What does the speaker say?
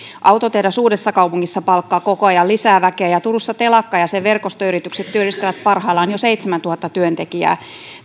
autotehdas uudessakaupungissa palkkaa koko ajan lisää väkeä ja turussa telakka ja sen verkostoyritykset työllistävät parhaillaan jo seitsemäntuhatta työntekijää